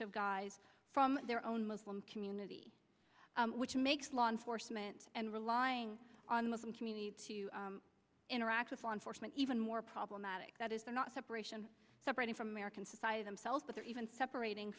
of guys from their own muslim community which makes law enforcement and relying on the muslim community to interact with law enforcement even more problematic that is not separation separating from american society themselves but they're even separating